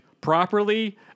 properly